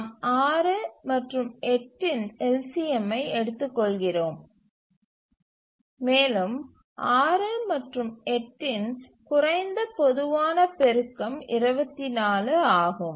நாம் 6 மற்றும் 8 இன் LCMஐ எடுத்துக் கொள்கிறோம் மேலும் 6 மற்றும் 8 இன் குறைந்த பொதுவான பெருக்கம் 24 ஆகும்